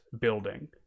building